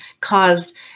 caused